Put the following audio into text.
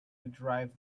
drive